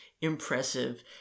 impressive